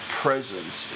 presence